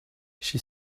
she